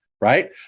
right